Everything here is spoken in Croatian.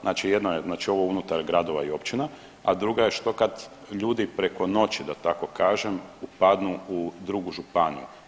Znači jedno je, znači ovo unutar gradova i općina, a druga je što kad ljudi preko noći da tako kažem upadnu u drugu županiju.